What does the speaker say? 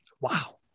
wow